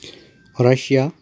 Russia